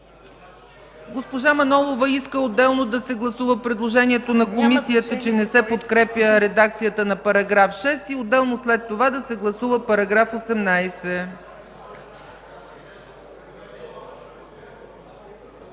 Госпожа Манолова иска отделно да се гласува предложението на Комисията, че не се подкрепя редакцията на § 6 и отделно след това да се гласува § 18.